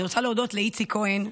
אני רוצה להודות לאיציק כהן,